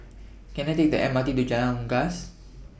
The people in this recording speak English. Can I Take The M R T to Jalan Unggas